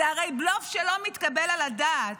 זה הרי בלוף שלא מתקבל על הדעת.